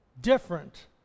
different